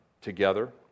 together